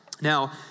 Now